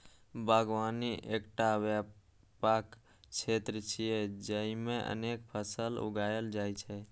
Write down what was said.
बागवानी एकटा व्यापक क्षेत्र छियै, जेइमे अनेक फसल उगायल जाइ छै